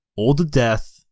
all the death,